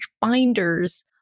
binders